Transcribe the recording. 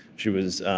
she was